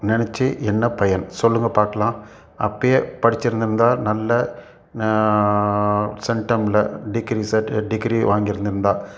நினச்சி என்ன பயன் சொல்லுங்க பார்க்கலாம் அப்பயே படிச்சிருந்திருந்தா நல்ல சென்டம்ல டிகிரி சேர்ட் டிகிரி வாங்கிருந்துருந்தா